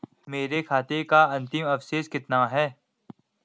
मेरे खाते का अंतिम अवशेष कितना है?